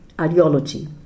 Ideology